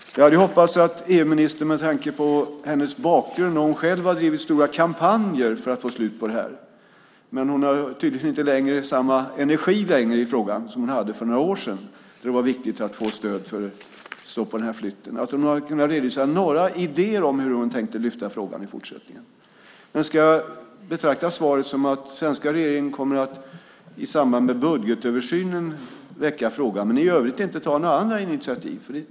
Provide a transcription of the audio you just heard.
Jag hade hoppats att EU-ministern med tanke på hennes bakgrund och att hon själv har drivit stora kampanjer för att få slut på det här skulle kunna redovisa några idéer om hur hon tänkte lyfta fram frågan i fortsättningen, men hon har tydligen inte längre samma energi i frågan som hon hade för några år sedan då det var viktigt att få stöd för att få stopp på flytten. Ska jag betrakta svaret som att den svenska regeringen i samband med budgetöversynen kommer att väcka frågan men i övrigt inte kommer att ta några initiativ?